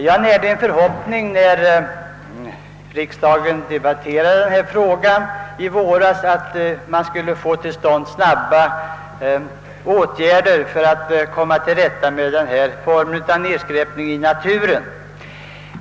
När riksdagen debatterade denna fråga i våras närde jag emellertid förhoppningen om att man skulle få till stånd snabba åtgärder för att komma till rätta med denna form av nedskräpning i naturen.